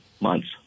months